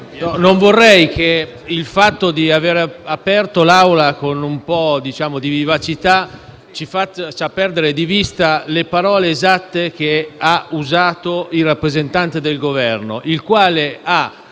non vorrei che il fatto di aver aperto l'Assemblea con un po' di vivacità ci faccia perdere di vista le parole esatte del rappresentante del Governo, il quale ha